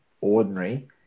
ordinary